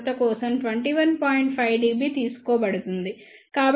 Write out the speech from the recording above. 5 dB తీసుకోబడుతుంది